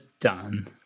done